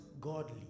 godly